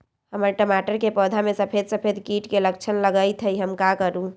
हमर टमाटर के पौधा में सफेद सफेद कीट के लक्षण लगई थई हम का करू?